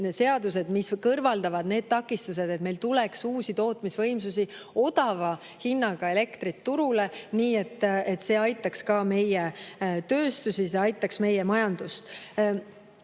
mis kõrvaldavad need takistused, et meil tuleks uusi tootmisvõimsusi, odava hinnaga elektrit turule, nii et see aitaks ka meie tööstusi, see aitaks meie majandust.